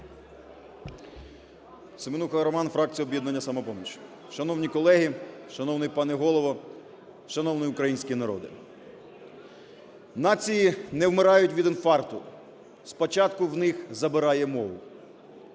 Семенуха Роман, фракція "Об'єднання "Самопоміч". Шановні колеги, шановний пане Голово! Шановний український народе! "Нації не вмирають від інфаркту, спочатку в них забирає мову"